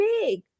big